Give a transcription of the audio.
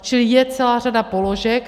Čili je celá řada položek.